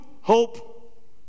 hope